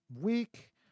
week